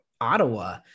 Ottawa